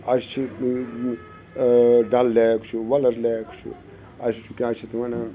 اَسہِ چھِ ڈَل لیک چھُ وۄلَر لیک چھُ اَسہِ چھُ کیٛاہ چھِ اَتھ وَنان